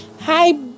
hi